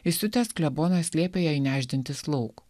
įsiutęs klebonas liepė jai nešdintis lauk